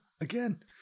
again